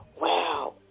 Wow